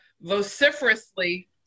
vociferously